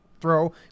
throw